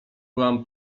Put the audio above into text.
byłam